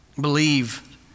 believe